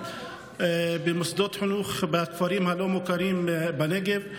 במוסדות חינוך בכפרים הלא-מוכרים בנגב.